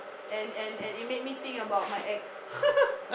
and and and it made me think about my ex